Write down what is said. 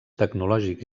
tecnològics